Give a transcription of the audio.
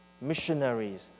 missionaries